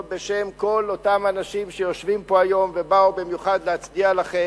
בשם כל אותם אנשים שיושבים פה היום ובאו במיוחד להצדיע לכם,